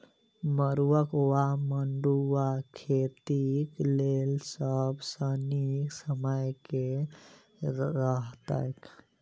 मरुआक वा मड़ुआ खेतीक लेल सब सऽ नीक समय केँ रहतैक?